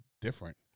different